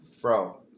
Bro